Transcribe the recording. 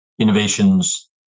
innovations